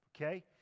okay